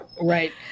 Right